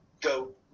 go